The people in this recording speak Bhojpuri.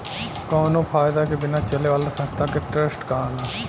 कावनो फायदा के बिना चले वाला संस्था के ट्रस्ट कहाला